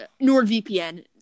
NordVPN